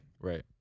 Right